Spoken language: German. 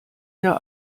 ihr